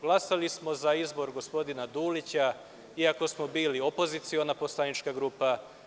Glasali smo za izbor gospodina Dulića, iako smo bili opoziciona poslanička grupa.